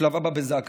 ובשלב הבא בזק"א,